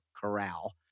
corral